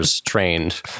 trained